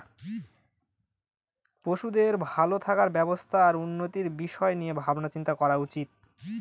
পশুদের ভালো থাকার ব্যবস্থা আর উন্নতির বিষয় নিয়ে ভাবনা চিন্তা করা উচিত